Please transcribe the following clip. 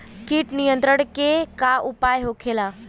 कीट नियंत्रण के का उपाय होखेला?